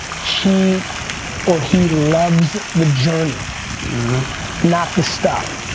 she or he loves the journey not the stuff.